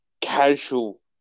casual